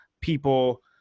people